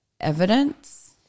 Evidence